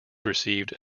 received